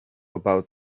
about